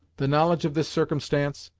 the knowledge of this circumstance,